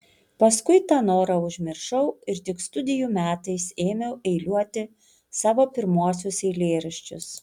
paskui tą norą užmiršau ir tik studijų metais ėmiau eiliuoti savo pirmuosius eilėraščius